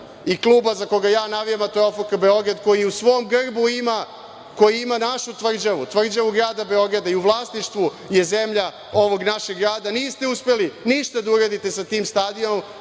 i kluba za koji navijam, a to je OFK Beograd koji u svom grbu ima našu tvrđavu, tvrđavu grada Beograda i u vlasništvu je zemlja ovog našeg grada, niste uspeli ništa da uradite sa tim stadionom